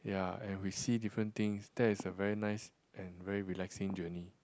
ya and we see different things that is a very nice and very relaxing journey